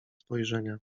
spojrzenia